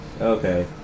Okay